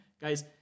Guys